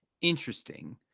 Interesting